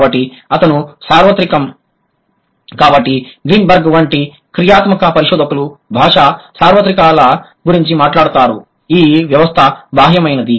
కాబట్టి అతని సార్వత్రికం కాబట్టి గ్రీన్బెర్గ్ వంటి క్రియాత్మక పరిశోధకులు భాషా సార్వత్రికాల గురించి మాట్లాడుతారు ఈ వ్యవస్థ బాహ్యమైనది